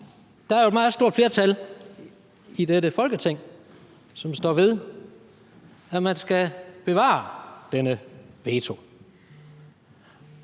der er jo et meget stort flertal i dette Folketing, som står ved, at man skal bevare denne vetoret,